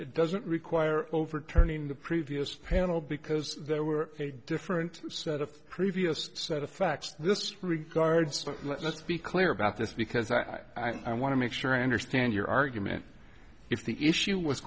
it doesn't require overturning the previous panel because there were a different set of previous set of facts this regard stuff let's be clear about this because i i want to make sure i understand your argument if the issue was